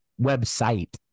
website